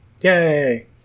Yay